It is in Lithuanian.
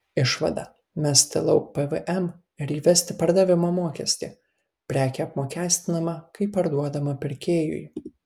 išvada mesti lauk pvm ir įvesti pardavimo mokestį prekė apmokestinama kai parduodama pirkėjui